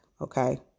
okay